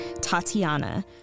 Tatiana